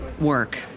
work